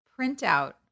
printout